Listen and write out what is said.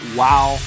wow